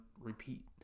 repeat